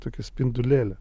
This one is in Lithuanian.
tokį spindulėlį